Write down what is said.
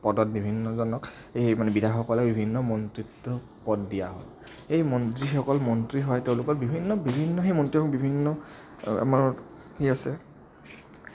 পদত বিভিন্নজনক এই মানে বিধায়কসকলে মন্ত্ৰীত্ব পদ দিয়া হয় এই যিসকল মন্ত্ৰী হয় তেওঁলোকৰ বিভিন্ন সেই মন্ত্ৰীসমূহ বিভিন্ন আমাৰ কি আছে